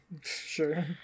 sure